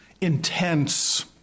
intense